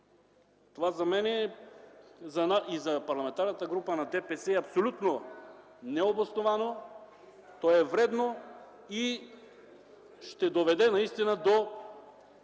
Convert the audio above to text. Това за мен и за Парламентарната група на ДПС е абсолютно необосновано. То е вредно и ще доведе наистина до